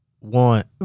want